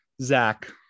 Zach